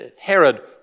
Herod